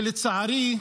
שלצערי,